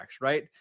Right